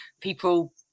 people